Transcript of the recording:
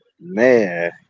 Man